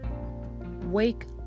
wake